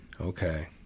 okay